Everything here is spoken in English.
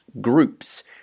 groups